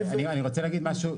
אני רוצה להגיד משהו,